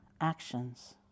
actions